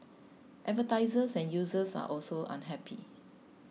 advertisers and users are also unhappy